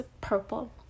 purple